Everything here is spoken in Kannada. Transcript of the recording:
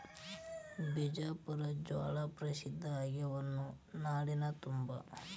ಬಿಜಾಪುರ ಜ್ವಾಳಾ ಪ್ರಸಿದ್ಧ ಆಗ್ಯಾವ ನಾಡಿನ ತುಂಬಾ